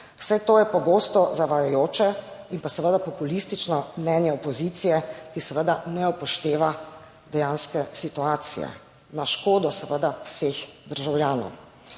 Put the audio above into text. vse to je pogosto zavajajoče in pa seveda populistično mnenje opozicije, ki seveda ne upošteva dejanske situacije na škodo seveda vseh državljanov.